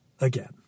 again